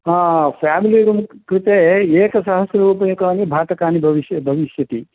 हा family room कृते एकसहस्ररूप्यकाणि भाटकानि भविष्य भविष्यति